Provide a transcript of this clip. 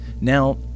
Now